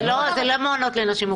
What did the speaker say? זה לא מעונות לנשים מוכות.